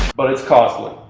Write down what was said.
but it's costly.